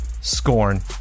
Scorn